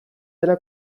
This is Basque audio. dena